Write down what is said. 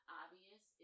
obvious